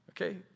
Okay